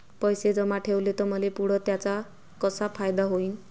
पैसे जमा ठेवले त मले पुढं त्याचा कसा फायदा होईन?